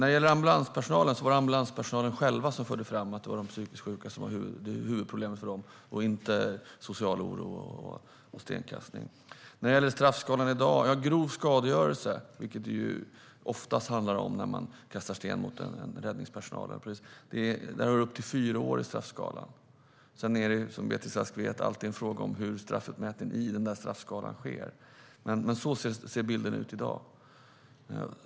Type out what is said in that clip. Det var ambulanspersonalen själva som förde fram att det var de psykiskt sjuka som var huvudproblemet för dem och inte social oro och stenkastning. Låt mig kommentera straffskalan i dag. När det gäller grov skadegörelse, som det oftast är frågan om när man kastar sten mot räddningspersonal, är det upp till fyra år i straffskalan. Sedan är det, som Beatrice Ask vet, alltid en fråga om hur straffutmätning i den straffskalan sker. Men så ser bilden ut i dag.